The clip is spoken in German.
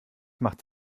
macht